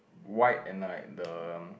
white and like the